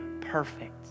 perfect